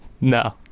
No